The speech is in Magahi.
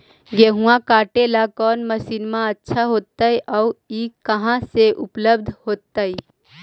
गेहुआ काटेला कौन मशीनमा अच्छा होतई और ई कहा से उपल्ब्ध होतई?